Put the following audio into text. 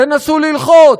תנסו ללחוץ,